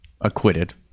acquitted